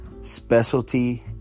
Specialty